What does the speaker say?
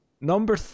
Number